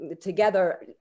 together